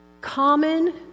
Common